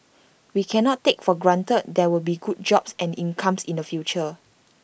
we cannot take for granted there will be good jobs and incomes in the future